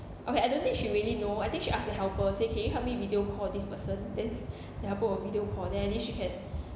okay I don't think she really know I think she ask the helper say can you help me video call this person then her helper will video call then at least she can